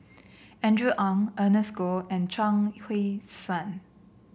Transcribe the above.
Andrew Ang Ernest Goh and Chuang Hui Tsuan